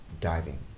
diving